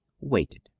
waited